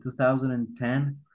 2010